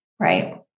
Right